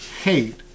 hate